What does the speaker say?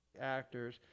actors